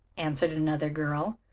answered another girl,